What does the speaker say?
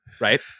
Right